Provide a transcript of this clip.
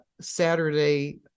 Saturday